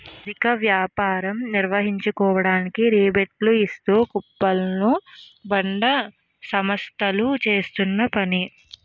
అధిక వ్యాపారం నిర్వహించుకోవడానికి రిబేట్లు ఇస్తూ కూపన్లు ను బడా సంస్థలు చేస్తున్న పని